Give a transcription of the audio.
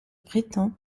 prétend